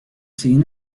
seen